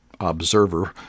observer